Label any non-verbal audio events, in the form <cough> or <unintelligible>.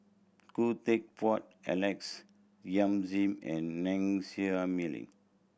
Khoo Teck Puat Alex Yam Ziming and <unintelligible> Meaning